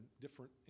different